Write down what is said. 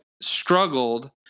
struggled